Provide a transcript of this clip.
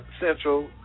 central